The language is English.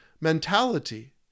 mentality